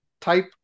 type